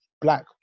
black